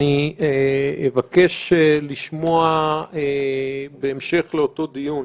אבקש לשמוע בהמשך לאותו דיון,